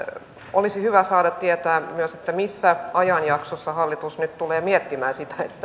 olisi hyvä saada tietää myös missä ajanjaksossa hallitus nyt tulee sitä miettimään